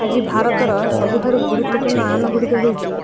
ଆଜି ଭାରତର ସବୁଠାରୁ ଗୁରୁତ୍ୱପୂର୍ଣ୍ଣ ଆହ୍ଵାନ ଗୁଡ଼ିକ ହେଉଛି